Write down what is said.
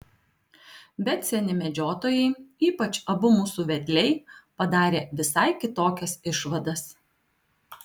bet seni medžiotojai ypač abu mūsų vedliai padarė visai kitokias išvadas